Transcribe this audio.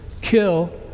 kill